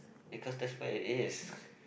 because that's where it is